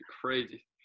Crazy